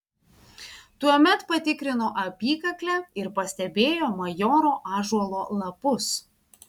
tuomet patikrino apykaklę ir pastebėjo majoro ąžuolo lapus